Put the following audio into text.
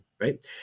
right